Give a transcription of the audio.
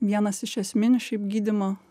vienas iš esminių šiaip gydymo